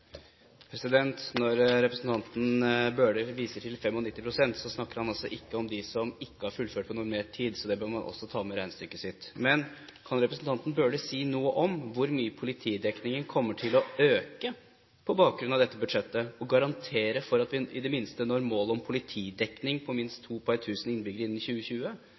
snakker han ikke om dem som ikke har fullført på normert tid. Det bør han også ta med i regnestykket sitt. Kan representanten Bøhler si noe om hvor mye politidekningen kommer til å øke på bakgrunn av dette budsjettet, og garantere for at vi i det minste når målet om politidekning på minst to per 1 000 innbyggere innen 2020?